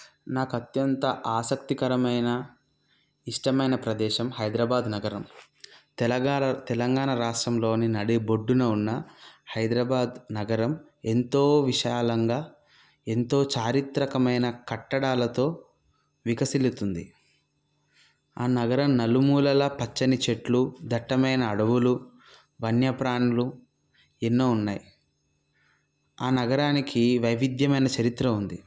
నాకు అత్యంత ఆసక్తికరమైన ఇష్టమైన ప్రదేశం హైదరాబాద్ నగరం తెలగాణ తెలంగాణ రాష్ట్రంలోని నడిబొడ్డున ఉన్న హైదరాబాద్ నగరం ఎంతో విశాలంగా ఎంతో చారిత్రకమైన కట్టడాలతో వికసిల్లుతుంది ఆ నగరం నలుమూలల పచ్చని చెట్లు దట్టమైన అడవులు వన్యప్రాణులు ఎన్నో ఉన్నాయి ఆ నగరానికి వైవిధ్యమైన చరిత్ర ఉంది